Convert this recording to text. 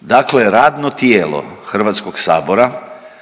Dakle, radno tijelo Hrvatskog sabora,